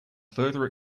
further